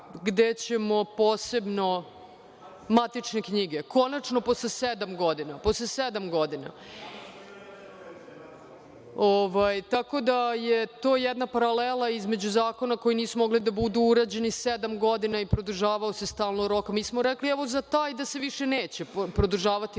gde ćemo posebno matične knjige konačno posle sedam godina. Tako da, to je jedna paralela između zakona koji nisu mogli da budu urađeni sedam godina i produžavao se stalno rok. Mi smo rekli, evo, za taj da se više neće produžavati rok